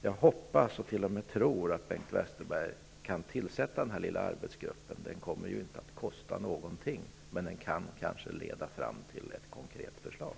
Jag hoppas och tror att Bengt Westerberg kan tillsätta den här lilla arbetsgruppen. Den kommer ju inte att kosta någonting, men den kan kanske leda fram till ett konkret förslag.